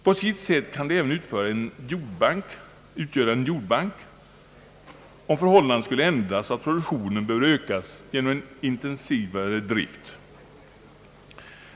På sitt sätt kan de även utgöra en »jordbank«, om förhållandena skulle ändras så att produktionen behöver ökas genom en intensivare drift.